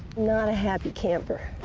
not a happy camper.